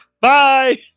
Bye